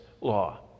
law